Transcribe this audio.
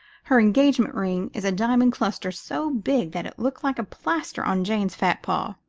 her engagement ring is a diamond cluster so big that it looks like a plaster on jane's fat paw.